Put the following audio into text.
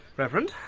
reverend,